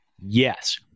Yes